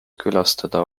külastada